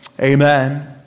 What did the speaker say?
Amen